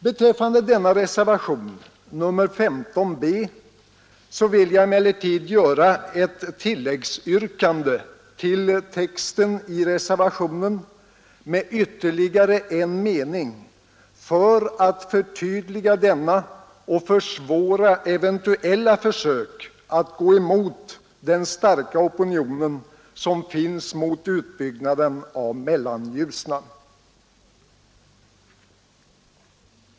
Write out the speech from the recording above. Beträffande denna reservation, nr 15 b, vill jag emellertid göra ett tilläggsyrkande till texten i reservationen med ytterligare en mening för att förtydliga denna och försvåra eventuella försök att gå emot den starka opinion som finns mot utbyggnaden av Mellanljusnan.